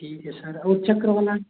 ठीक है सर और चक्र वाला